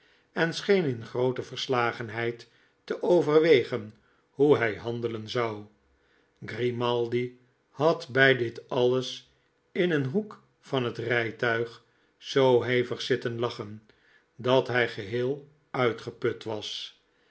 en scheen in groote verslagenheid te overwegen hoe hij handelen zou grimaldi had bij dit alles in een'hoek van het rijtuig zoo hevig zitten lachen dat hij geheel uitgeput was